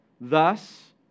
Thus